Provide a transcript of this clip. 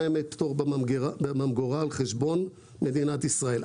ימי פטור בממגורה על חשבון מדינת ישראל.